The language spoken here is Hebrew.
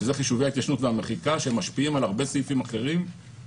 שזה חישובי ההתיישנות והמחיקה שמשפיעים על הרבה סעיפים אחרים,